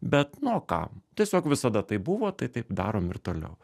bet nu o ką tiesiog visada taip buvo tai taip darom ir toliau